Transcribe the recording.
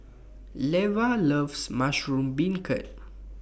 Leva loves Mushroom Beancurd